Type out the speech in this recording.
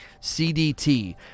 CDT